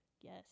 yes